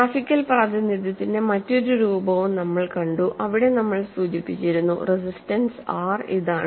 graphical പ്രാതിനിധ്യത്തിന്റെ മറ്റൊരു രൂപവും നമ്മൾ കണ്ടു അവിടെ നമ്മൾ സൂചിപ്പിച്ചിരുന്നു റെസിസ്റ്റൻസ് ആർ ഇതാണ്